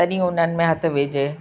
तॾहिं उन्हनि में हथु विझे